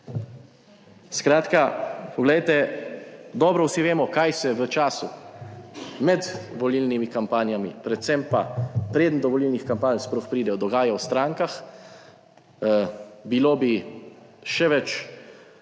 Skratka, poglejte, dobro, vsi vemo, kaj se v času med volilnimi kampanjami, predvsem pa preden do volilnih kampanj sploh pride, dogaja v strankah, bilo bi še več